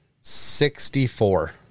Sixty-four